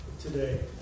today